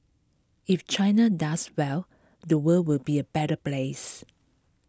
if China does well the world will be A better place